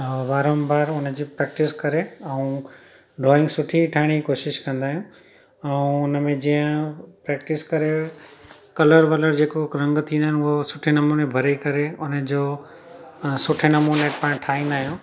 ऐं वारम्बारि उनजी प्रैक्टिस करे ऐं ड्रॉइंग सुठी ठाहिण जी कोशिशि कंदा आहियूं ऐं हुनमें जीअं प्रैक्टिस करे कलर वलर जेको रंग थींदा आहिनि उहो सुठे नमूने भरे करे उनजो अ सुठे नमूने पाण ठाहींदा आहियूं